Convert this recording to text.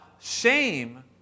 shame